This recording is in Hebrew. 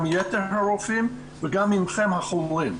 גם את יתר הרופאים וגם אתכם החולים.